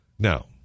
Now